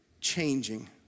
changing